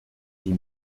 die